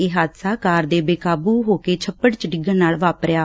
ਇਹ ਹਾਦਸਾ ਕਾਰ ਦੇ ਬੇਕਾਬੁ ਹੋ ਕੇ ਛੱਪੜ ਚ ਡਿਗਣ ਨਾਲ ਵਾਪਰਿਆ